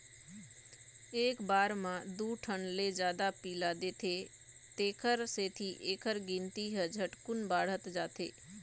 एक बार म दू ठन ले जादा पिला देथे तेखर सेती एखर गिनती ह झटकुन बाढ़त जाथे